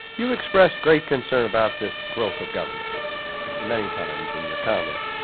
you expressed great concern about this growth of government many times in your comments.